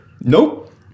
Nope